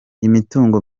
imitungo